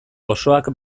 osoak